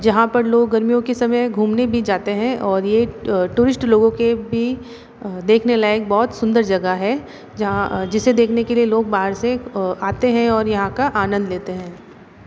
जहाँ पर लोग गर्मियों के समय घूमने भी जाते हैं और ये टूरिस्ट लोगों के भी देखने लायक बहुत सुंदर जगह है जहाँ जिसे देखने के लिए लोग बाहर से आते हैं और यहाँ का आनंद लेते हैं